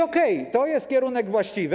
Okej, to jest kierunek właściwy.